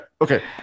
okay